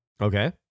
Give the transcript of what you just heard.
Okay